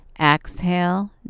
exhale